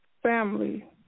family